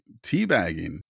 teabagging